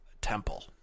temple